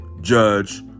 judge